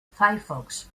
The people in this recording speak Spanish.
firefox